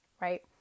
Right